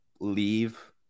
leave